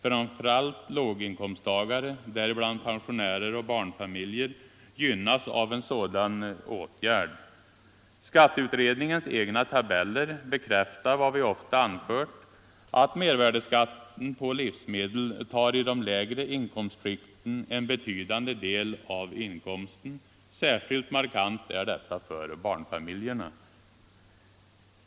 Framför allt låginkomsttagare, däribland pensionärer och barnfamiljer, gynnas av en sådan åtgärd. Skatteutredningens egna tabeller bekräftar vad vi ofta anfört, nämligen att mervärdeskatten på livsmedel tar i de lägre inkomstskikten en betydande del av inkomsten, särskilt markant är detta för barnfamiljerna.